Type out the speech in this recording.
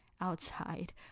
outside